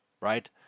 right